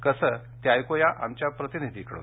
कसं ते ऐकूया आमच्या प्रतिनिधीकडून